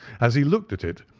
as he looked at it,